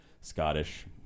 Scottish